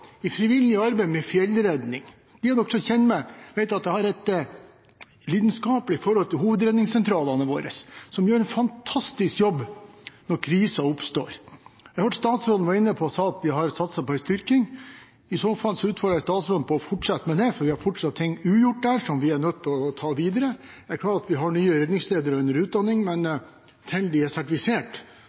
i frivillig arbeid med fjellredning. De som kjenner meg, vet at jeg har et lidenskapelig forhold til hovedredningssentralene våre, som gjør en fantastisk jobb når kriser oppstår. Jeg hørte statsråden var inne på at de har satset på en styrking. I så fall utfordrer jeg statsråden til å fortsette med det, for vi har fortsatt ting ugjort der som vi er nødt til å ta videre. Vi har nye redningsledere under utdanning, men fram til de er sertifisert,